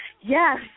Yes